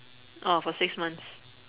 orh for six months